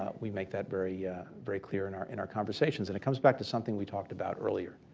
ah we make that very yeah very clear in our in our conversations. and it comes back to something we talked about earlier,